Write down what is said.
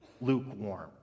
lukewarm